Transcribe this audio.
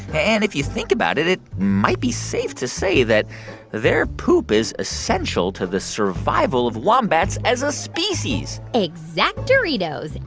and if you think about it, it might be safe to say that their poop is essential to the survival of wombats as a species exact-orito.